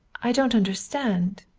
i don't understand.